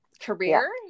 career